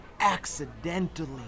accidentally